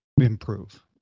improve